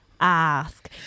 ask